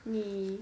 你